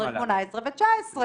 17', 18' ו-19'.